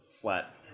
flat